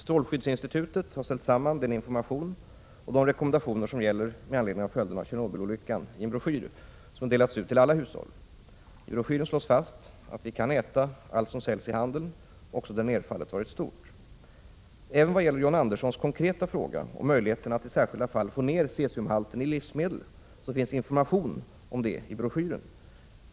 Strålskyddsinstitutet har ställt samman den information och de rekommendationer som gäller med anledning av följderna av Tjernobylolyckan i en broschyr som delats ut till alla hushåll. I broschyren slås fast att vi kan äta allt som säljs i handeln, också där nedfallet varit stort. Även vad gäller John Anderssons konkreta fråga om möjligheterna att i särskilda fall få ned cesiumhalten i livsmedel finns information i broschyren.